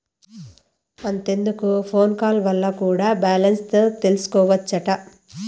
అంతెందుకు phone call వల్ల కూడా బాలెన్స్ తెల్సికోవచ్చట